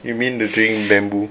you mean the drink bamboo